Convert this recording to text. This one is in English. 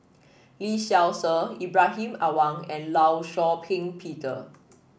Lee Seow Ser Ibrahim Awang and Law Shau Ping Peter